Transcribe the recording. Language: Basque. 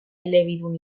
elebidun